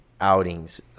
outings